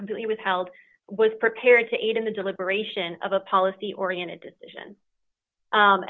complete withheld was prepared to aid in the deliberation of a policy oriented decision